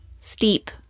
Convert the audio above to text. steep